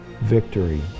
victory